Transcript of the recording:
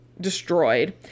destroyed